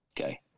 Okay